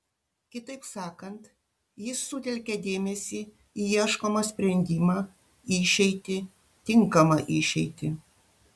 kitaip sakant jis sutelkia dėmesį į ieškomą sprendimą išeitį tinkamą išeitį